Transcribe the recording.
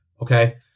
okay